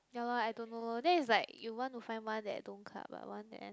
ya lor I don't know lor then it's like you want to find one that don't club but one that